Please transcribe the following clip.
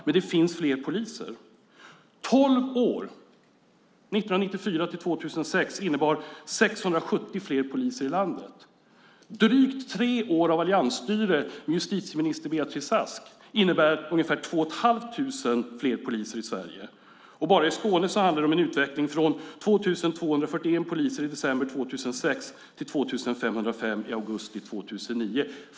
Men det finns fler poliser. Tolv år, 1994-2006, innebar 670 fler poliser i landet. Drygt tre år av alliansstyre med justitieminister Beatrice Ask har inneburit ungefär 2 500 fler poliser i Sverige. Bara i Skåne handlar det om en utveckling från 2 241 poliser i december 2006 till 2 505 i augusti 2009.